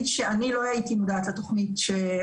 לא היו בכל תהליך התכנון שזה צמוד